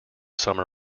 summer